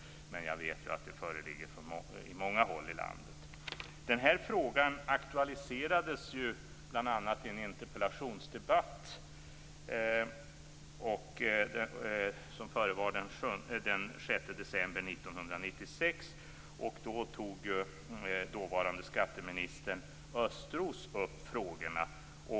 Men jag vet att sådant förekommer på många håll i landet. Denna fråga aktualiserades ju bl.a. i en interpellationsdebatt den 6 december 1996. Då tog dåvarande skatteministern Östros upp frågorna.